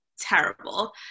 terrible